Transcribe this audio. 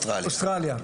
מאוסטרליה.